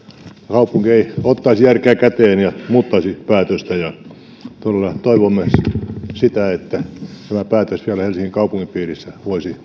kaupunki ei ottaisi järkeä käteen ja muuttaisi päätöstä todella toivomme sitä että tämä päätös vielä helsingin kaupungin piirissä voisi